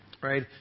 right